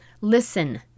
Listen